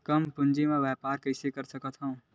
कम पूंजी म व्यापार कइसे कर सकत हव?